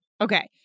Okay